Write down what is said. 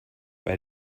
bei